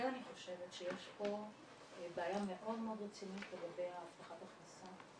כן אני חושבת שיש פה בעיה מאוד מאוד רצינית לגבי ההבטחת ההכנסה.